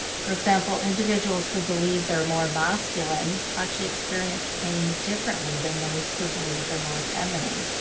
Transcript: for example, individuals who believe they're more masculine, actually experience pain differently than those who believe they're more feminine.